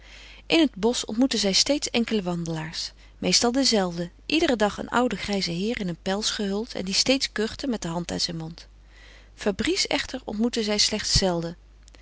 in het bosch ontmoette zij steeds enkele wandelaars meestal dezelfde iederen dag een ouden grijzen heer in een pels gehuld en die steeds kuchte met de hand aan zijn mond fabrice echter ontmoette zij slechts zelden